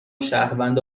شهروند